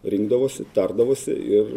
rinkdavosi tardavosi ir